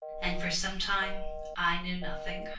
and for some time i knew nothing.